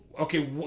Okay